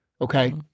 Okay